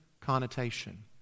connotation